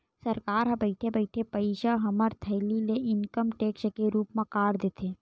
सरकार ह बइठे बइठे पइसा हमर थैली ले इनकम टेक्स के रुप म काट देथे